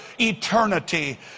Eternity